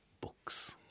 books